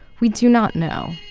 we do not know.